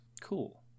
Cool